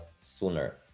sooner